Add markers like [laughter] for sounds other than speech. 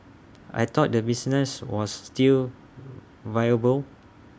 I thought the business was still [noise] viable